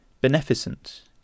beneficent